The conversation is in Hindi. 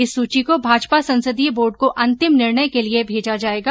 इस सूची को भाजपा संसदीय बोर्ड को अंतिम निर्णय के लिए भेजा जाएगा